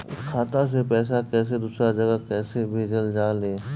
खाता से पैसा कैसे दूसरा जगह कैसे भेजल जा ले?